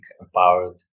empowered